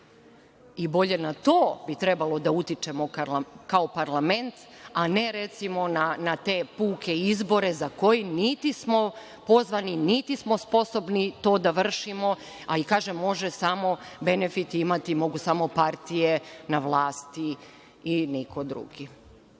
I bolje na to bi trebalo da utičemo kao parlament, a ne, recimo, na te puke izbore za koje niti smo pozvani, niti smo sposobni to da vršimo, a i kažem, mogu samo benefit imati partije na vlasti i niko drugi.